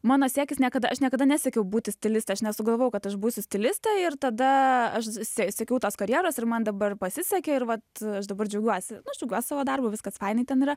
mano siekis niekada aš niekada nesiekiau būti stiliste aš nesugalvojau kad aš būsiu stilistė ir tada aš sie siekiau tos karjeros ir man dabar pasisekė ir vat aš dabar džiaugiuosi nu aš džiaugiuosi savo darbu viskas fainai ten yra